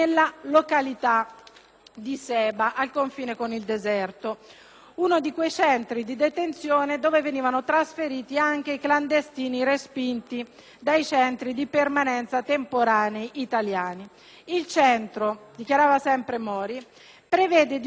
uno di quei centri di detenzione dove venivano trasferiti anche i clandestini respinti dai centri di permanenza temporanea italiani. Il centro, dichiarava sempre Mori, prevede di ospitare 100 persone, ma ce ne sono 650,